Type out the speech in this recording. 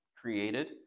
created